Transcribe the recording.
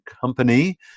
company